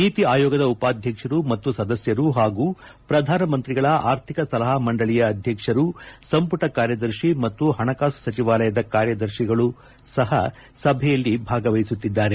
ನೀತಿ ಆಯೋಗದ ಉಪಾಧ್ಯಕ್ಷರು ಮತ್ತು ಸದಸ್ಯರು ಹಾಗೂ ಪ್ರಧಾನಮಂತ್ರಿಗಳ ಆರ್ಥಿಕ ಸಲಹಾ ಮಂಡಳಿಯ ಅಧ್ಯಕ್ಷರು ಸಂಪುಟ ಕಾರ್ಯದರ್ಶಿ ಮತ್ತು ಹಣಕಾಸು ಸಚಿವಾಲಯದ ಕಾರ್ಯದರ್ಶಿಗಳು ಸಹ ಸಭೆಯಲ್ಲಿ ಭಾಗವಹಿಸುತ್ತಿದ್ದಾರೆ